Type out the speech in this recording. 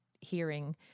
hearing